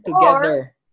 together